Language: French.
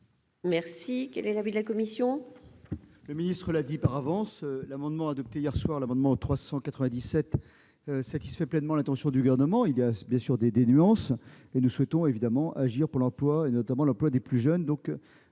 navette. Quel est l'avis de la commission ?